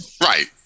Right